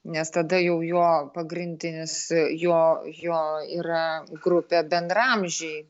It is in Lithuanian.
nes tada jau jo pagrindinis jo jo yra grupė bendraamžiai